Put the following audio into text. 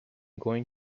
going